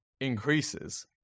increases